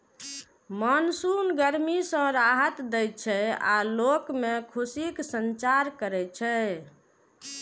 monsoon गर्मी सं राहत दै छै आ लोग मे खुशीक संचार करै छै